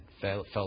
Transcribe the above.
felt